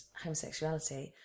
homosexuality